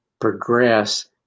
progress